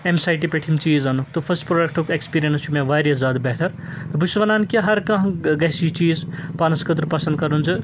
اَمہِ سایٹہِ پٮ۪ٹھ یِم چیٖز اَنن تہٕ فٔسٹ پرٛوڈَکٹُک اٮ۪کٕسپیٖریَنٕس چھُ مےٚ واریاہ زیادٕ بہتَر تہٕ بہٕ چھُس وَنان کہِ ہر کانٛہہ گَژھِ یہِ چیٖز پانَس خٲطرٕ پَسنٛد کَرُن زِ